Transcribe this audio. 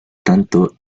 tanto